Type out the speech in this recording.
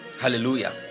hallelujah